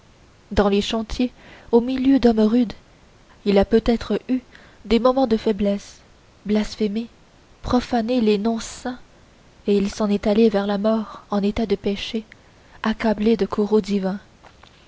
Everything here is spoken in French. dans les chantiers au milieu d'hommes rudes il a peut-être eu des moments de faiblesse blasphémé profané les noms saints et il s'en est allé vers la mort en état de péché accablé de courroux divin